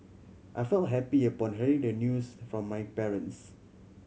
I feel happy upon hearing the news from my parents